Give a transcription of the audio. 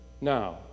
now